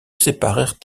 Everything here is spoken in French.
séparèrent